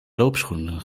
loopschoenen